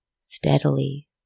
steadily